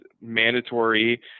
mandatory